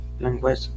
language